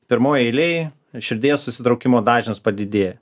pirmoj eilėj širdies susitraukimo dažnis padidėja